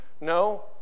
No